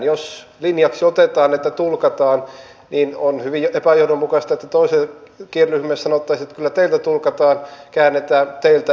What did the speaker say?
jos linjaksi otetaan että tulkataan niin on hyvin epäjohdonmukaista että toiselle kieliryhmälle sanottaisiin että kyllä teitä tulkataan käännetään teitä ei